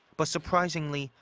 but surprisingly,